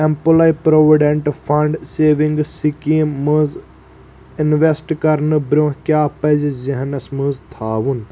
employee provident fund savings scheme منٛز invest کرنہٕ برٛونٛہہ کیٛاہ پزِ ذہنَس منٛز تھاوُن